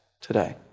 today